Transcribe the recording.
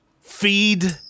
feed